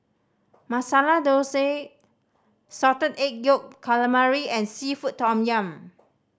Masala Thosai Salted Egg Yolk Calamari and seafood tom yum